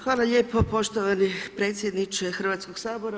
Hvala lijepo poštovani predsjedniče Hrvatskog sabora.